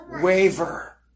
waver